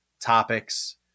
topics